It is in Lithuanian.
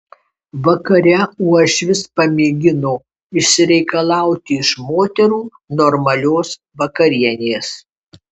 vakare uošvis pamėgino išsireikalauti iš moterų normalios vakarienės